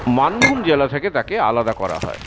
মানভূম জেলা থেকে তাকে আলাদা করা হয়